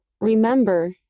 Remember